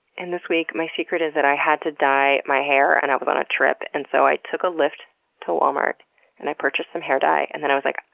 and this week my secret is that i had to dye my hair and i was on a trip. and so i took a lyft to walmart and i purchased some hair dye. and then i was like,